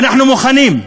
ואנחנו מוכנים,